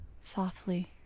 softly